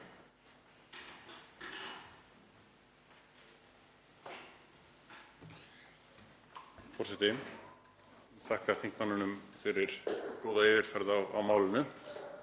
Forseti. Ég þakka þingmanninum fyrir góða yfirferð á málinu